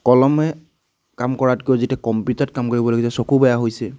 কলমে কাম কৰাতকৈ যেতিয়া কম্পিউটাৰত কাম কৰিবলগীয়া হৈছে চকু বেয়া হৈছে